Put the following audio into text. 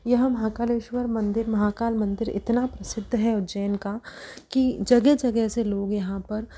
यह महाकालेश्वर मंदिर महाकाल मंदिर इतना प्रसिद्ध है उज्जैन का कि जगह जगह से लोग यहाँ पर